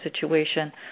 situation